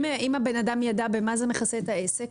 אם הבן אדם ידע במה זה מכסה את העסק?